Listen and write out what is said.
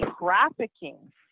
trafficking